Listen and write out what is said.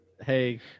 hey